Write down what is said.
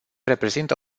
reprezintă